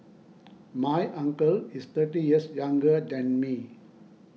my uncle is thirty years younger than me